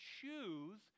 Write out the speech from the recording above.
choose